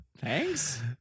Thanks